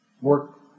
work